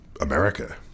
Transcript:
America